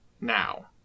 now